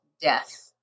death